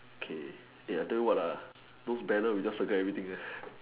okay eh I tell you what ah those banners we just circle everything